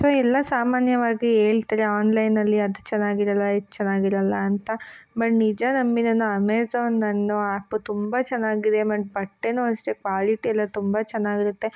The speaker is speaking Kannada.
ಸೊ ಎಲ್ಲ ಸಾಮಾನ್ಯವಾಗಿ ಹೇಳ್ತರೆ ಆನ್ಲೈನಲ್ಲಿ ಅದು ಚೆನ್ನಾಗಿರಲ್ಲ ಇದು ಚೆನ್ನಾಗಿರಲ್ಲ ಅಂತ ಬಟ್ ನಿಜ ನಂಬಿ ನಾನು ಅಮೇಝಾನ್ ಅನ್ನೊ ಆ್ಯಪು ತುಂಬ ಚೆನ್ನಾಗಿದೆ ಮತ್ತು ಬಟ್ಟೆಯೂ ಅಷ್ಟೇ ಕ್ವಾಲಿಟಿ ಎಲ್ಲ ತುಂಬ ಚೆನ್ನಾಗಿರುತ್ತೆ